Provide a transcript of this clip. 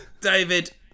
David